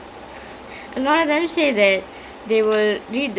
like they didn't know episode that they'll say உன்னையும் கொன்றுவோம்:unnaiyum kondruvom